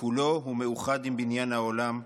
וכולו הוא מאוחד עם בניין העולם,